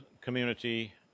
community